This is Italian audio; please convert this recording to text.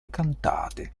cantate